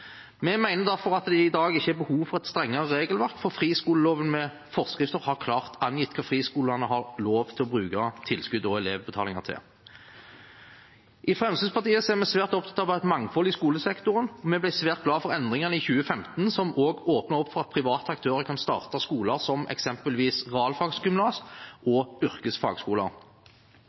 Vi mener derfor at det i dag ikke er behov for et strengere regelverk, for friskoleloven med forskrifter har klart angitt hva friskolene har lov til å bruke tilskudd og elevbetalinger til. I Fremskrittspartiet er vi svært opptatt av et mangfold i skolesektoren, og vi ble svært glade for endringene i 2015 som åpnet opp for at private aktører kan starte skoler som eksempelvis realfagsgymnas og yrkesfagskoler.